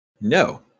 No